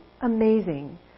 amazing